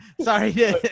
Sorry